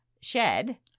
Shed